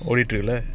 what you do lah